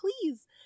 please